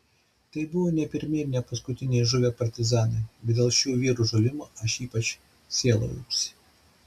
tai buvo ne pirmi ir ne paskutiniai žuvę partizanai bet dėl šių vyrų žuvimo aš ypač sielojausi